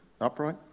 upright